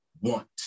want